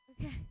Okay